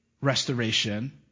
restoration